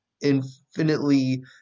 infinitely